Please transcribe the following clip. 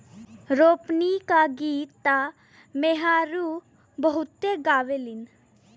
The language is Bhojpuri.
रोपनी क गीत त मेहरारू बहुते गावेलीन